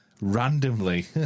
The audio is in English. randomly